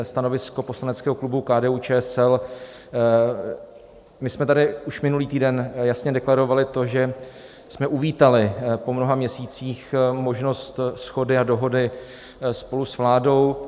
Stanovisko poslaneckého klubu KDUČSL: My jsme tady už minulý týden jasně deklarovali to, že jsme uvítali po mnoha měsících možnost shody a dohody spolu s vládou.